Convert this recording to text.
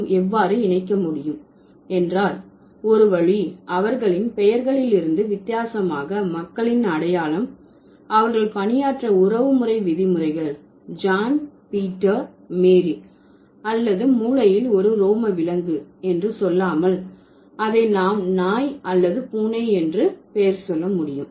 நாம் எவ்வாறு இணைக்க முடியும் என்றால் ஒரு வழி அவர்களின் பெயர்களில் இருந்து வித்தியாசமாக மக்களின் அடையாளம் அவர்கள் பணியாற்றிய உறவுமுறை விதிமுறைகள் ஜான் பீட்டர் மேரி அல்லது மூலையில் ஒரு உரோம விலங்கு என்று சொல்லாமல் அதை நாம் நாய் அல்லது பூனை என்று பெயர் சொல்ல முடியும்